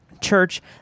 church